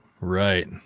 Right